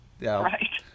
Right